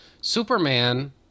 Superman